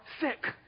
sick